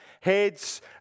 heads